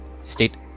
state